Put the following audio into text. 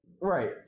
Right